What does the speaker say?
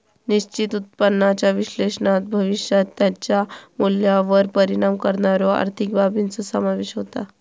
निश्चित उत्पन्नाच्या विश्लेषणात भविष्यात त्याच्या मूल्यावर परिणाम करणाऱ्यो आर्थिक बाबींचो समावेश होता